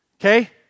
okay